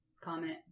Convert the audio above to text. comment